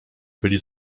byli